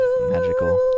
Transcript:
magical